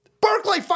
Berkeley